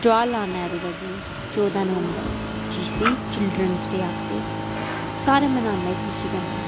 जवहर लाल नेहरू दा दिन चौदां नवंबर जिसी चिल्ड्रन्स डे आखदे सारे मनाने खुशी कन्नै